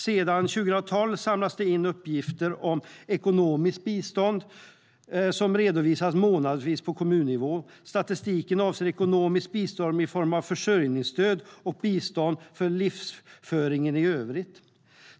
Sedan 2012 samlas det in uppgifter om ekonomiskt bistånd som redovisas månadsvis på kommunnivå. Statistiken avser ekonomiskt bistånd i form av försörjningsstöd och bistånd för livsföringen i övrigt.